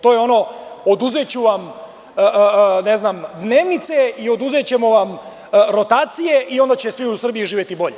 To je ono – oduzeću vam dnevnice i oduzećemo vam rotacije i onda će u Srbiji svi živeti bolje.